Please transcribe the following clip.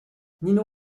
nino